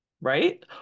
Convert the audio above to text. Right